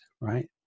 right